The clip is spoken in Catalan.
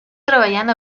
treballant